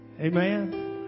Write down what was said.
Amen